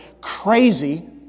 crazy